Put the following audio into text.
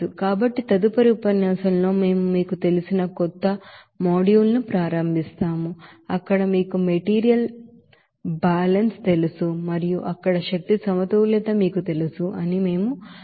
కాబట్టి తదుపరి ఉపన్యాసంలో మేము మీకు తెలిసిన కొత్త మాడ్యూల్ ను ప్రారంభిస్తాము అక్కడ మీకు మెటీరియల్ బ్యాలెన్స్ తెలుసు మరియు అక్కడ ఎనర్జీ బాలన్స్ మీకు తెలుసు అని మేము మరింత చర్చిస్తాం